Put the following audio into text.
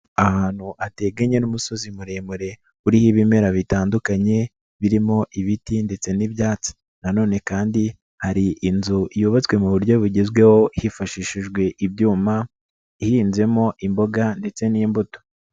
Ahantu hateganye n'umusozi muremure uriho ibimera bitandukanye, birimo ibiti ndetse n'ibyatsi, nanone kandi hari inzu yubatswe mu buryo bugezweho hifashishijwe ibyuma, ihinzemo imboga ndetse n'imbuto.